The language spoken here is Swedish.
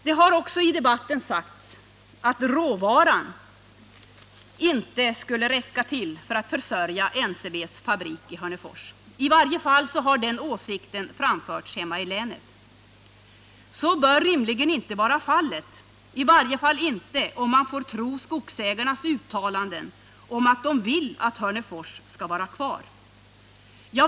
Det har i debatten sagts att råvaran inte skulle räcka till för att försörja NCB:s fabrik i Hörnefors. I varje fall har den åsikten framförts hemma i länet. Så bör rimligen inte vara fallet, åtminstone inte om man får tro Skogsägarnas uttalanden om att de vill ha kvar Hörnefors.